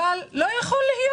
אבל לא יכול להיות